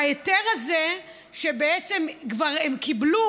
וההיתר הזה שבעצם הם כבר קיבלו,